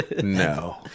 No